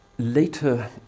Later